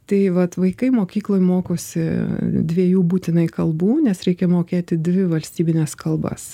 tai vat vaikai mokykloj mokosi dviejų būtinai kalbų nes reikia mokėti dvi valstybines kalbas